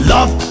Love